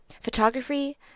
Photography